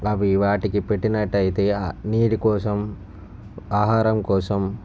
అవి వాటికి పెట్టినట్టయితే నీరు కోసం ఆహారం కోసం